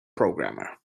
programmer